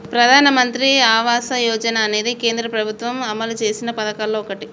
ప్రధానమంత్రి ఆవాస యోజన అనేది కేంద్ర ప్రభుత్వం అమలు చేసిన పదకాల్లో ఓటి